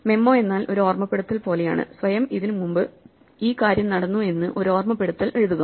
memo എന്നാൽ ഒരു ഓർമ്മപ്പെടുത്തൽ പോലെയാണ് സ്വയം ഇതിന് മുമ്പ് ഈ കാര്യം നടന്നു എന്ന് ഒരു ഓർമ്മപ്പെടുത്തൽ എഴുതുക